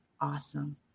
awesome